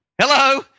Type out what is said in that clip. Hello